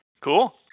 Cool